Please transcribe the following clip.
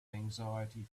anxiety